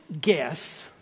guess